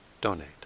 donate